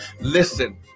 Listen